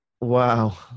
Wow